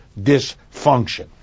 dysfunction